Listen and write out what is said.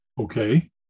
okay